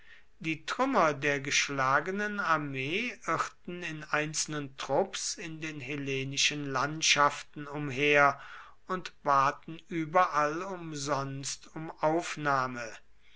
die trümmer der geschlagenen armee irrten in einzelnen trupps in den hellenischen landschaften umher und baten überall umsonst um aufnahme